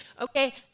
okay